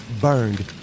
burned